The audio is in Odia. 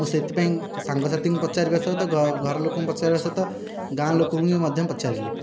ମୁଁ ସେଥିପାଇଁ ସାଙ୍ଗସାଥିଙ୍କୁ ପଚାରିବା ସହିତ ଘର ଲୋକଙ୍କୁ ପଚାରିବା ସହିତ ଗାଁ ଲୋକଙ୍କୁ ବି ମଧ୍ୟ ପଚାରିଲି